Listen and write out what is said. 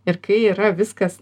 ir kai yra viskas